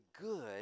good